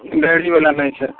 diary बला नहि छै